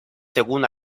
según